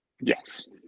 yes